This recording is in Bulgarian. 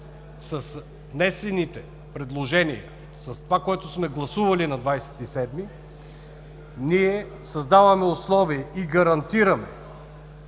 с внесените предложения, с това, което сме гласували на 27-ми, ние създаваме условия и гарантираме,